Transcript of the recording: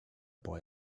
boy